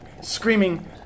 screaming